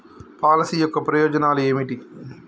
Policy యొక్క ప్రయోజనాలు ఏమిటి?